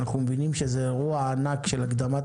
אנו מבינים שזה אירוע ענק של הקדמת